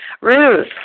Ruth